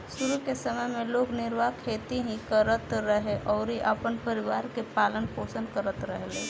शुरू के समय में लोग निर्वाह खेती ही करत रहे अउरी अपना परिवार के पालन पोषण करत रहले